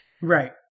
right